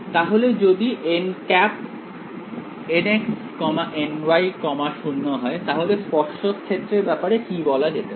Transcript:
তাহলে যদি nx ny 0 হয় তাহলে স্পর্শক ক্ষেত্রের ব্যাপারে কি বলা যেতে পারে